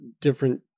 different